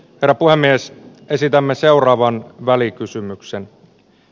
rapuhämeessä esitämme seuraavan välikysymyksen